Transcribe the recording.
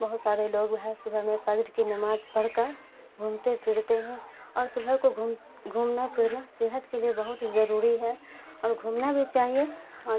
بہت سارے لوگ وہ ہے صبح میں فجر کی نماز پڑھ کر گھومتے پھرتے ہیں اور صبح کو گھم گھومنا پھرنا صحت کے لیے بہت ضروری ہے اور گھومنا بھی چاہیے